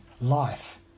life